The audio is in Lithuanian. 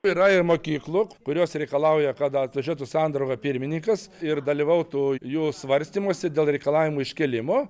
yra ir mokyklų kurios reikalauja kad atvažiuotų sandrauga pirmininkas ir dalyvautų jų svarstymuose dėl reikalavimų iškėlimo